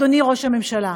אדוני ראש הממשלה,